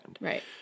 Right